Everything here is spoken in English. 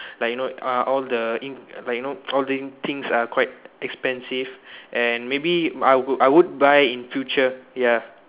like you know uh all the in like you know all these things are quite expensive and maybe I would I would buy in future ya